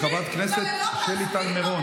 כל תושבי מדינת ישראל מקשיבים ללילות ההזויים